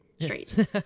straight